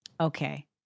Okay